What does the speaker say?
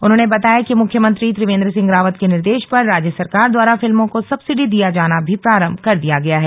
उन्होंने बताया कि मुख्यमंत्री त्रिवेन्द्र सिंह रावत के निर्देश पर राज्य सरकार द्वारा फिल्मों को सब्सिडी दिया जाना भी प्रारम्म कर दिया गया है